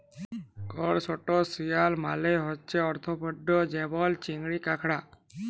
করসটাশিয়াল মালে হছে আর্থ্রপড যেমল চিংড়ি, কাঁকড়া